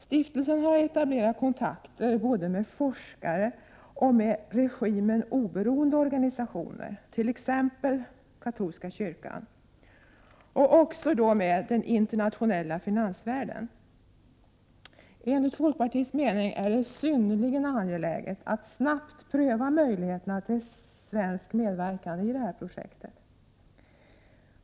Stiftelsen har etablerat kontakter både med forskare, med organisationer som är oberoende av regimen, t.ex. katolska kyrkan, och med den internationella finansvärlden. Enligt folkpartiets mening är det synnerligen angeläget att snabbt pröva möjligheterna till svensk medverkan i detta projekt.